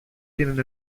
tienen